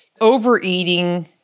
overeating